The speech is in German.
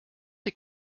die